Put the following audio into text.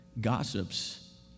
gossips